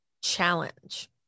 challenge